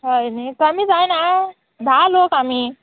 हय न्ही कमी जायना धा लोक आमी